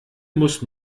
muss